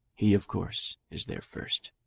he, of course, is there first,